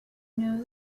know